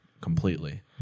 completely